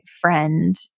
friend